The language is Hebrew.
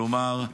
כלומר,